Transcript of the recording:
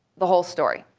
the whole story.